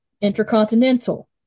Intercontinental